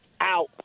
Out